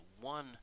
one